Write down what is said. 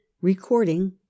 Recording